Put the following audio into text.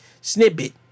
snippet